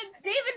David